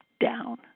down